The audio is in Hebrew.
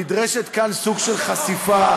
נדרש כאן סוג של חשיפה,